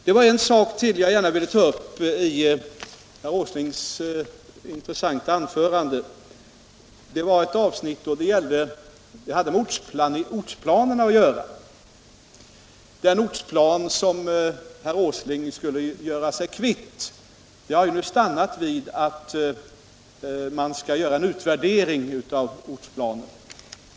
Det var en annan sak i herr Åslings intressanta anförande som jag gärna vill ta upp, nämligen det avsnitt som hade med ortsplanen att göra — den ortsplan som herr Åsling skulle göra sig kvitt. Det har nu stannat vid att man skall göra en utvärdering.